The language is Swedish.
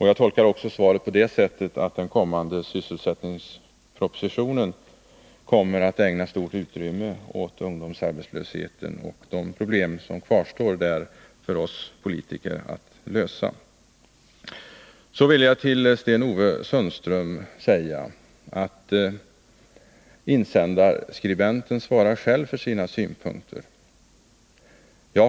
Jag tolkar också svaret på det sättet att den väntade sysselsättningspropositionen kommer att ägna stort utrymme åt ungdomsarbetslösheten och de problem som där kvarstår för oss politiker att lösa. Sedan vill jag till Sten-Ove Sundström säga att insändarskribenten själv svarar för sina synpunkter.